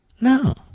No